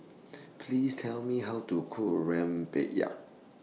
Please Tell Me How to Cook Rempeyek